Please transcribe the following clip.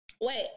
Wait